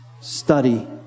study